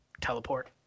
teleport